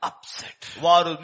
Upset